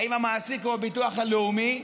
האם המעסיק או הביטוח הלאומי.